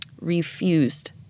refused